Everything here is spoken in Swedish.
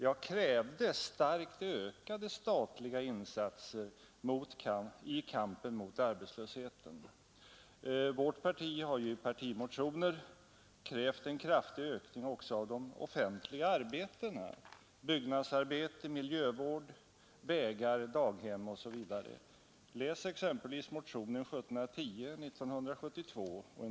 Jag krävde starkt ökade statliga insatser i kampen mot arbetslösheten. Vårt parti har i partimotioner krävt en kraftig ökning också av de offentliga arbetena: byggnadsarbeten, miljövård, vägar, daghem, osv. — Läs exempelvis motion 1710 år 1972.